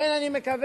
לכן אני מקווה,